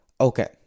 Okay